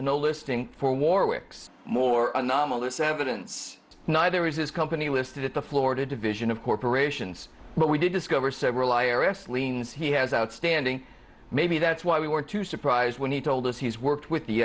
no listing for warwick's more anomalous evidence neither is his company listed at the florida division of corporations but we did discover several i r s liens he has outstanding maybe that's why we were too surprised when he told us he's worked with the